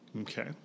Okay